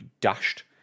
dashed